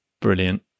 Brilliant